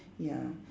ya